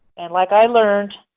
and like i learned,